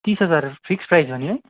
तिस हजार fix price हो नि है